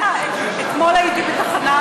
אין קול ואין עונה, אדוני היושב-ראש.